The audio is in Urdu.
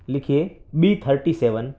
لکھیے بی تھرٹی سیون